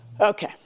Okay